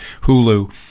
hulu